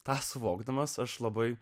tą suvokdamas aš labai